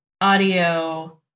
audio